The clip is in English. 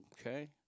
Okay